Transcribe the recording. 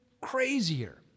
crazier